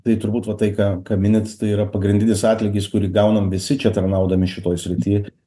tai turbūt va tai ką ką minit tai yra pagrindinis atlygis kurį gaunam visi čia tarnaudami šitoj srity